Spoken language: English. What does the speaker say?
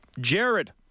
Jared